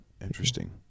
Interesting